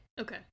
Okay